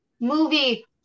movie